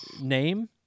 name